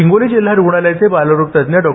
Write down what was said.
हिंगोली जिल्हा रुग्णालयाचे बालरोग तज्ज्ञ डॉ